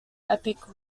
epic